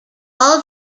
all